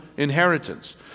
inheritance